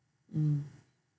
mm